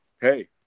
Hey